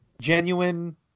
genuine